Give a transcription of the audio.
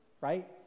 right